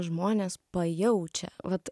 žmonės pajaučia vat